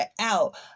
out